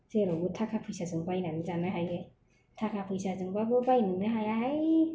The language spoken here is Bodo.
जेरावबो थाखा फैसाजों बायनानै जानो हायो थाखा फैसाजोंबाबो बायनोनो हायाहाय